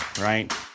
right